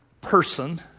person